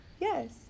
Yes